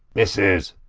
missus!